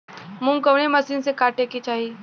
मूंग कवने मसीन से कांटेके चाही?